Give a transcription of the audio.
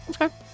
Okay